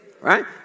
Right